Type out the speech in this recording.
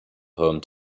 home